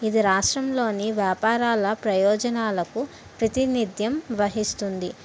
ఇది రాష్ట్రంలోని వ్యాపారాలా ప్రయోజనాలకు ప్రాతినిధ్యం వహిస్తుంది